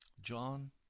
John